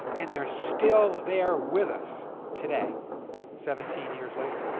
and they're still there with us today seventeen years later.